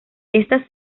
estas